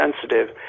sensitive